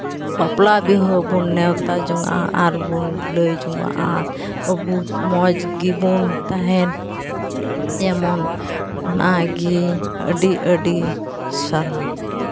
ᱵᱟᱯᱞᱟ ᱵᱤᱦᱟᱹ ᱵᱚᱱ ᱱᱮᱶᱛᱟ ᱡᱚᱱᱟᱜᱼᱟ ᱟᱨ ᱵᱚᱱ ᱞᱟᱹᱭ ᱡᱚᱱᱟᱜᱼᱟ ᱟᱵᱚ ᱢᱚᱡᱽ ᱜᱮᱵᱚᱱ ᱛᱟᱦᱮᱱ ᱡᱮᱢᱚᱱ ᱚᱱᱟᱜᱮ ᱟᱹᱰᱤ ᱟᱹᱰᱤ ᱥᱟᱨᱦᱟᱣ